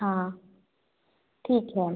हाँ हाँ ठीक है